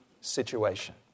situation